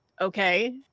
Okay